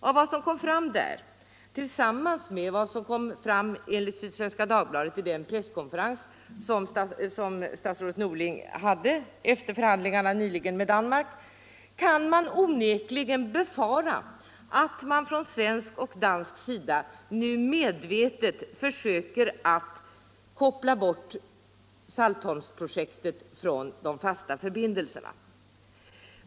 Av vad som kom fram där tillsammans med vad som enligt Sydsvenska Dagbladet kom fram vid den presskonferens som statsrådet Norling hade efter förhandlingarna nyligen med Danmark, kan onekligen befaras att man från svensk och dansk sida nu medvetet försöker att koppla bort Saltholmsprojektet från de fasta förbindelserna.